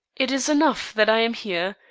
it is enough that i am here,